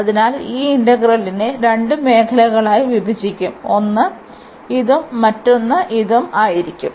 അതിനാൽ ഈ ഇന്റഗ്രലിനെ രണ്ട് മേഖലകളായി വിഭജിക്കണം ഒന്ന് ഇതും മറ്റൊന്ന് ഇതും ആയിരിക്കും